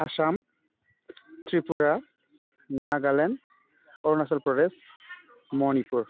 Assam Tripura Nagaland Arunachal Pradesh Manipur